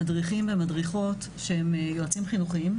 מדריכים ומדריכות שהם יועצים חינוכיים,